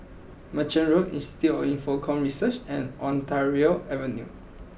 Merchant Road Institute for Infocomm Research and Ontario Avenue